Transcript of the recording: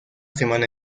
semana